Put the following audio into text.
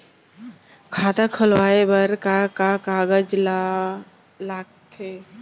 खाता खोलवाये बर का का कागज ल लगथे?